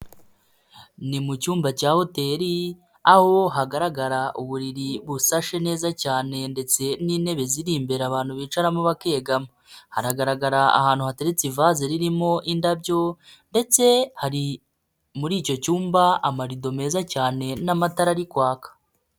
Ni mu cyumba cya hoteli aho hagaragara uburiri busashe neza cyane ndetse n'intebe ziri imbere abantu bicaramo bakegama, haragaragara ahantu hateretse ivaze ririmo indabyo ndetse hari muri icyo cyumba amarido meza cyane n'amatara ari kwaka.